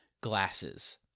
glasses